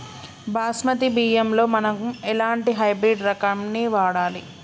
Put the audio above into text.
బాస్మతి బియ్యంలో మనం ఎలాంటి హైబ్రిడ్ రకం ని వాడాలి?